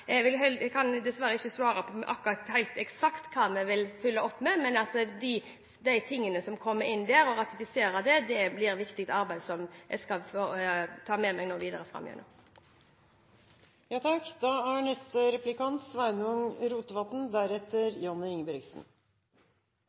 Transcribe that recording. Jeg kan dessverre ikke svare helt eksakt på hva vi vil følge opp med, men oppfølgingen av ratifikasjonen blir et viktig arbeid, som jeg skal ta med meg videre. Likestillingspolitikk og arbeidslivspolitikk er